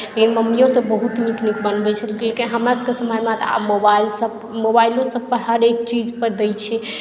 लेकिन मम्मियोसभ बहुत नीक नीक बनबैत छलै लेकिन हमरासभके समयमे तऽ आब मोबाईलसभ मोबाइलो सभपर हरेक चीजपर दैत छै